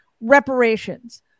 reparations